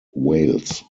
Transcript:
wales